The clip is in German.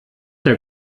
der